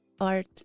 art